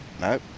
no